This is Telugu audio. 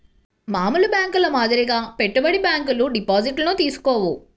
మామూలు బ్యేంకుల మాదిరిగా పెట్టుబడి బ్యాంకులు డిపాజిట్లను తీసుకోవు